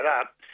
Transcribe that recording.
up